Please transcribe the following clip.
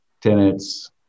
tenants